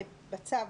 העברתי את ההערות,